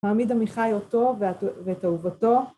מעמיד עמיחי אותו ואת אהובתו.